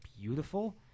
beautiful